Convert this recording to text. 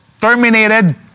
terminated